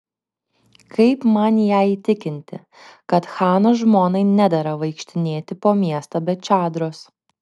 kaip man ją įtikinti kad chano žmonai nedera vaikštinėti po miestą be čadros